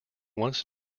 once